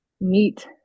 meet